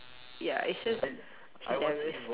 ya it's just so diverse